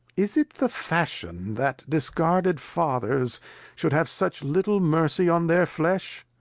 is it the fashion that discarded fathers should have such little mercy on their flesh?